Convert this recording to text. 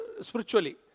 spiritually